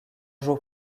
jours